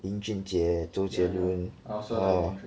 林俊杰周杰伦 orh